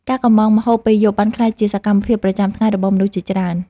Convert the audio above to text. ការកុម្ម៉ង់ម្ហូបពេលយប់ បានក្លាយជាសកម្មភាពប្រចាំថ្ងៃរបស់មនុស្សជាច្រើន។